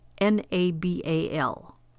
N-A-B-A-L